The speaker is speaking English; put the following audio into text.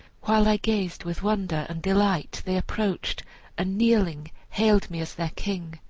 while i gazed with wonder and delight they approached and kneeling hailed me as their king.